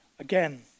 Again